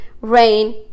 rain